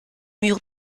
mûres